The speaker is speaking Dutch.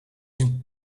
een